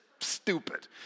stupid